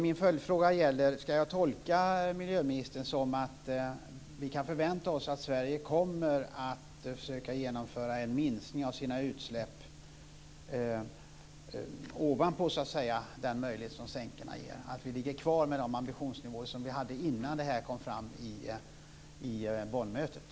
Min följdfråga är: Ska jag tolka miljöministern som att vi kan förvänta oss att Sverige kommer att försöka att genomföra en minskning av sina utsläpp utöver den möjlighet som sänkorna ger, dvs. att vi ligger kvar på de ambitionsnivåer vi hade innan Bonnmötet?